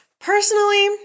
Personally